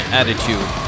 attitude